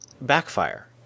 backfire